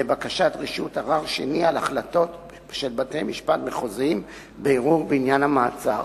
לבקשת רשות ערר שני על החלטות של בתי-משפט מחוזיים בערעור בעניין המעצר.